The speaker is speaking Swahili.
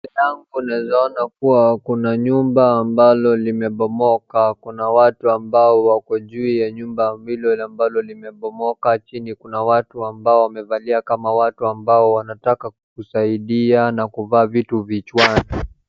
Hapa naeza ona kuwa kuna nyumba ambalo limebomoka, kuna watu ambao wako juu ya nyumba ambali limebomoka, chini kuna watu ambao wamevalia kama watu ambao wanataka kusaidia na kuvaa vitu vichwani.